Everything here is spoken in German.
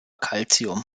calcium